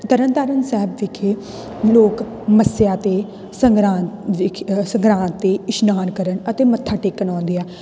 ਤਰਨਤਾਰਨ ਸਾਹਿਬ ਵਿਖੇ ਲੋਕ ਮੱਸਿਆ 'ਤੇ ਸੰਗਰਾਂਦ ਸੰਗਰਾਂਦ 'ਤੇ ਇਸ਼ਨਾਨ ਕਰਨ ਅਤੇ ਮੱਥਾ ਟੇਕਣ ਆਉਂਦੇ ਆ